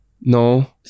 no